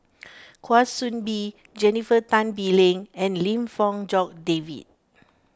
Kwa Soon Bee Jennifer Tan Bee Leng and Lim Fong Jock David